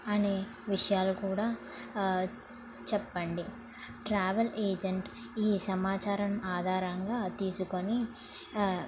అనే విషయాలు కూడా చెప్పండి ట్రావెల్ ఏజెంట్ ఈ సమాచారం ఆధారంగా తీసుకొని